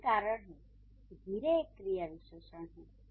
यही कारण है कि 'धीरे' एक क्रिया विशेषण है